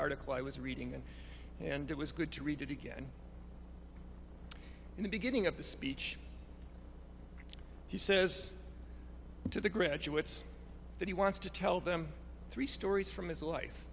article i was reading it and it was good to read it again in the beginning of the speech he says to the graduates that he wants to tell them three stories from his life